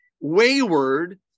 wayward